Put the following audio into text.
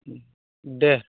दे